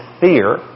fear